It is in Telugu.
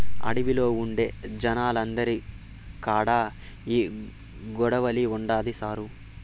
అడవిలో ఉండే జనాలందరి కాడా ఈ కొడవలి ఉండాది సారూ